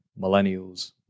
millennials